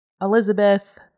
Elizabeth